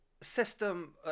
System